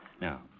Now